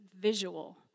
visual